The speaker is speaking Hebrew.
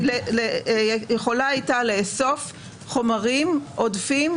-- יכולה יכולה הייתה לאסוף חומרים עודפים,